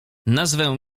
nazwę